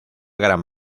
gran